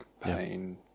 pain